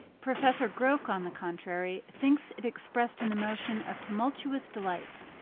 professor groke, on the contrary, thinks it expressed an emotion of tumultuous delight,